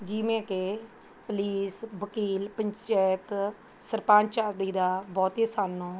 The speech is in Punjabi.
ਜਿਵੇਂ ਕਿ ਪੁਲੀਸ ਵਕੀਲ ਪੰਚਾਇਤ ਸਰਪੰਚ ਆਦਿ ਦਾ ਬਹੁਤ ਹੀ ਸਾਨੂੰ